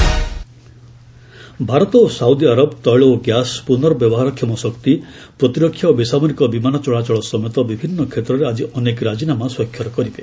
India Saudi Arab Bharat ଓ Saudi Arab ତୈଳ ଓ ଗ୍ୟାସ୍ ପୁର୍ନବ୍ୟବହାରକ୍ଷମ ଶକ୍ତି ପ୍ରତିରକ୍ଷା ଓ ବେସାମରିକ ବିମାନ ଚଳାଚଳ ସମେତ ବିଭିନ୍ନ କ୍ଷେତ୍ରରେ ଆଜି ଅନେକ ରାଜିନାମା ସ୍ୱାକ୍ଷର କରିବେ